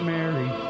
Mary